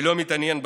ולא מתעניין בציבור.